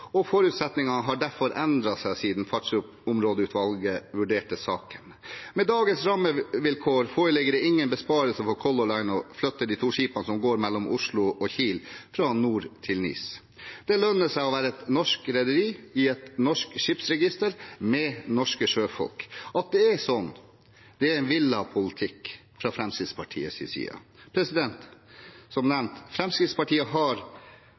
og forutsetningene har derfor endret seg siden fartsområdeutvalget vurderte saken. Med dagens rammevilkår foreligger det ingen besparelser for Color Line i å flytte de to skipene som går mellom Oslo og Kiel, fra NOR til NIS. Det lønner seg å være et norsk rederi i et norsk skipsregister med norske sjøfolk. At det er slik, er en villet politikk fra Fremskrittspartiets side. Som nevnt: Fremskrittspartiet har